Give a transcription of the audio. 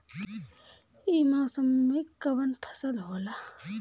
ई मौसम में कवन फसल होला?